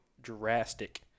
drastic